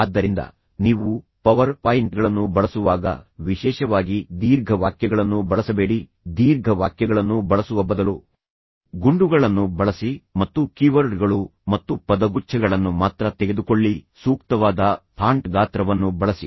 ಆದ್ದರಿಂದ ನೀವು ಪವರ್ ಪಾಯಿಂಟ್ಗಳನ್ನು ಬಳಸುವಾಗ ವಿಶೇಷವಾಗಿ ದೀರ್ಘ ವಾಕ್ಯಗಳನ್ನು ಬಳಸಬೇಡಿ ದೀರ್ಘ ವಾಕ್ಯಗಳನ್ನು ಬಳಸುವ ಬದಲು ಗುಂಡುಗಳನ್ನು ಬಳಸಿ ಮತ್ತು ಕೀವರ್ಡ್ಗಳು ಮತ್ತು ಪದಗುಚ್ಛಗಳನ್ನು ಮಾತ್ರ ತೆಗೆದುಕೊಳ್ಳಿ ಸೂಕ್ತವಾದ ಫಾಂಟ್ ಗಾತ್ರವನ್ನು ಬಳಸಿ